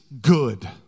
good